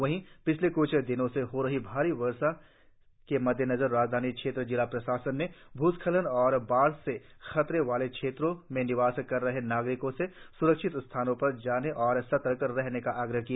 वही पिछले क्छ दिनों से हो रही भारि बारिश के मद्देनजर राजधानी क्षेत्र जिला प्रशासन ने भूस्खलन और बाढ़ से खतरे वाली क्षेत्रों में निवास कर रहे नागरिकों से स्रक्षित स्थानों में जाने और सतर्क रहने का आग्रह किया